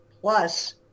plus